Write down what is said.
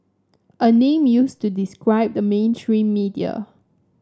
a name used to describe the mainstream media